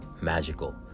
magical